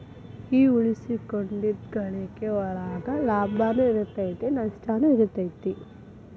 ಈ ಉಳಿಸಿಕೊಂಡಿದ್ದ್ ಗಳಿಕಿ ಒಳಗ ಲಾಭನೂ ಇರತೈತಿ ನಸ್ಟನು ಇರತೈತಿ